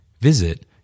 Visit